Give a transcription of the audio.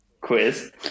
quiz